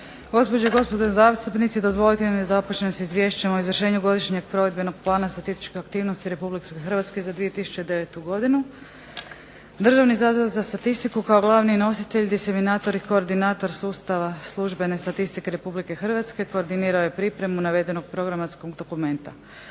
Gospođe i gospodo zastupnici dozvolite mi da započnem s Izvješćem o izvršenju Godišnjeg provedbenog plana statističke aktivnosti RH za 2009. godinu. Državni zavod za statistiku kao glavni nositelj, disiminator i koordinator sustava službene statistike Republike Hrvatske koordinirao je pripremu navedenog programa dokumenta.